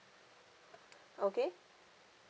okay